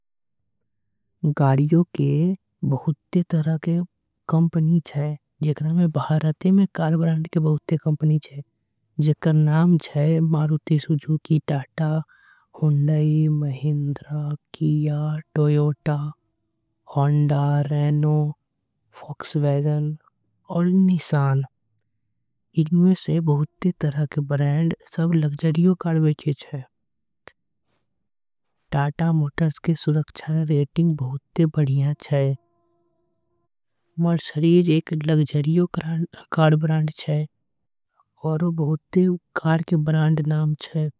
गाड़ियो के बहुते तरह के कंपनी छे भारत में। बहुते कंपनी छे ,जेकरा नाम Tata motor. Hyundai, Mahindra, Kia, Toyota, Honda Renault. फॉक्स रेन निशान बहुते कार के ब्रांड छे। सुरक्षा रेटिंग बहुत बढ़िया छे।